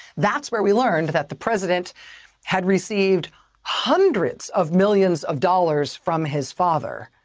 that's where we learned but that the president had received hundreds of millions of dollars from his father,